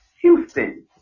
Houston